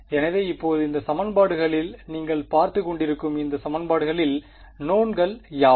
எனவே இப்போது இந்த சமன்பாடுகளில் நீங்கள் பார்த்து கொண்டிருக்கும் இந்த சமன்பாடுகளில் நோவ்ன்கள் யாவை